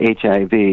HIV